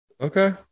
Okay